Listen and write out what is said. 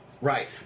Right